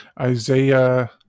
Isaiah